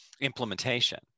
implementation